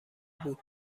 بود